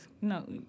No